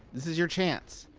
this is your chance.